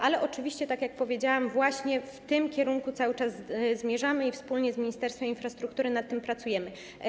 Ale oczywiście, tak jak powiedziałam, właśnie w tym kierunku cały czas zmierzamy i wspólnie z Ministerstwem Infrastruktury nad tym pracujemy.